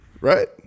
Right